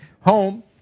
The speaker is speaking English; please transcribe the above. home